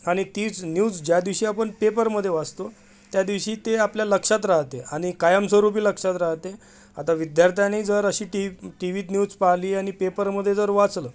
आणि तीच न्यूज ज्या दिवशी आपण पेपरमध्ये वाचतो त्या दिवशी ते आपल्या लक्षात राहते आणि कायमस्वरूपी लक्षात राहते आता विद्यार्थ्याने जर अशी टी टी व्हीत न्यूज पाहिली आणि पेपरमध्ये जर वाचलं